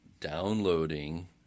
downloading